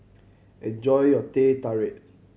enjoy your Teh Tarik